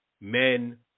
men